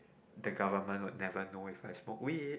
the government would never know if I smoke weed